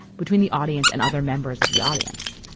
between the audience and other members of the audience.